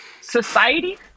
society